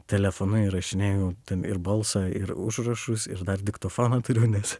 telefonu įrašinėju ten ir balsą ir užrašus ir dar diktofoną turiu nes